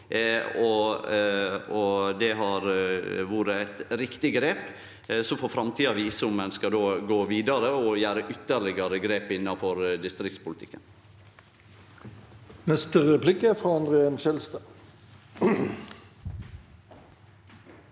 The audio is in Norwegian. Det har vore eit riktig grep, og så får framtida vise om ein skal gå vidare og gjere ytterlegare grep innanfor distriktspolitikken.